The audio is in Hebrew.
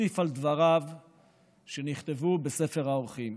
להוסיף על דבריו שנכתבו בספר האורחים.